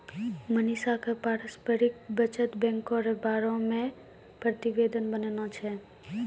मनीषा क पारस्परिक बचत बैंको र बारे मे प्रतिवेदन बनाना छै